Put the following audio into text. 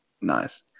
Nice